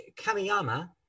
Kamiyama